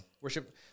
Worship